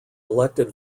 elected